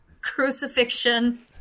crucifixion